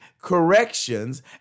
corrections